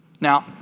Now